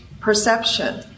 Perception